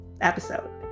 episode